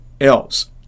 else